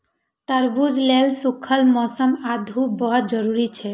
तरबूज लेल सूखल मौसम आ धूप बहुत जरूरी छै